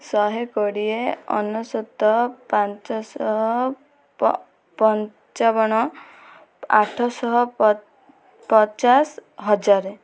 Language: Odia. ଶହେ କୋଡ଼ିଏ ଅନେଶତ ପାଞ୍ଚଶହ ପଞ୍ଚାବନ ଆଠଶହ ପଚାଶ ହଜାର